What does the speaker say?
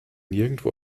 nirgendwo